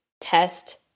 test